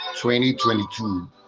2022